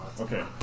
Okay